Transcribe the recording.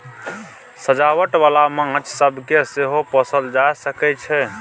सजावट बाला माछ सब केँ सेहो पोसल जा सकइ छै